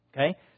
Okay